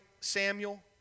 Samuel